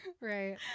Right